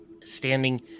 standing